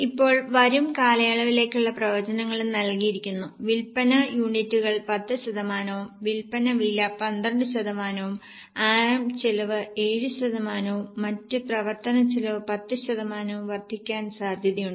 ഇപ്പോൾ വരും കാലയളവിലേക്കുള്ള പ്രവചനങ്ങളും നൽകിയിരിക്കുന്നു വിൽപ്പന യൂണിറ്റുകൾ 10 ശതമാനവും വിൽപ്പന വില 12 ശതമാനവും ആർഎം ചെലവ് 7 ശതമാനവും മറ്റ് പ്രവർത്തന ചെലവ് 10 ശതമാനവും വർദ്ധിക്കാൻ സാധ്യതയുണ്ട്